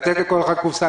לתת לכל אחד קופסה.